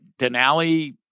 Denali